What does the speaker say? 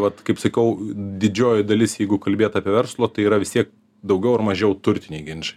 vat kaip sakau didžioji dalis jeigu kalbėt apie verslo tai yra vis tiek daugiau ar mažiau turtiniai ginčai